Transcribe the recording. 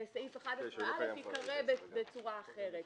וסעיף 11א ייקרא בצורה אחרת.